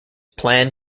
planned